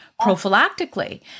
prophylactically